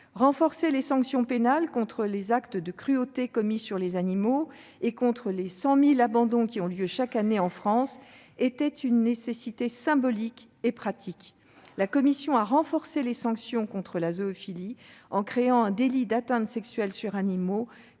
Renforcer les sanctions pénales contre les actes de cruauté commis sur les animaux et contre les 100 000 abandons qui ont lieu chaque année en France était une nécessité symbolique et pratique. La commission a renforcé les sanctions contre la zoophilie en créant un délit d'atteintes sexuelles sur animaux,